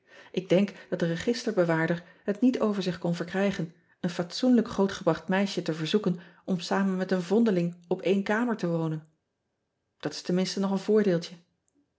k denk dat de registerbewaarder het niet over zich kon verkrijgen een fatsoenlijk grootgebracht meisje te verzoeken om samen met een vondeling op éen kamer te wonen at is tenminste nog een voordeeltje